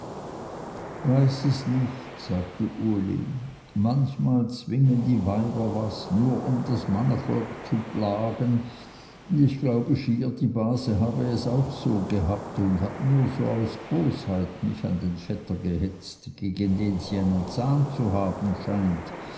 weiß es nicht sagte uli manchmal zwingen die weiber was nur um das mannevolk zu plagen und ich glaube schier die base habe es auch so gehabt und hat nur so aus bosheit mich an den vetter gehetzt gegen den sie einen zahn zu haben scheint